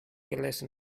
gelesen